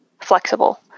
flexible